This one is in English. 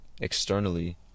externally